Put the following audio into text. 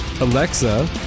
Alexa